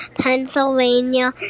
Pennsylvania